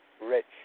rich